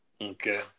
Okay